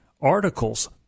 articles